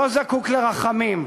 לא זקוק לרחמים,